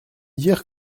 dire